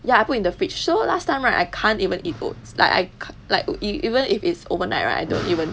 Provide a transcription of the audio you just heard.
ya I put in the fridge so last time right I can't even eat oats like I like even if its overnight right I don't even